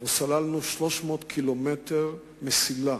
סללנו 300 ק"מ מסילה